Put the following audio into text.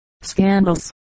scandals